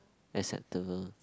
acceptable